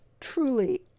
truly